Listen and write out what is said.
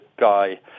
guy